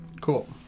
Cool